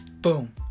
Boom